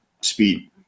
speed